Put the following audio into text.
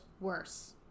worse